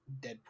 Deadpool